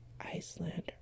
Iceland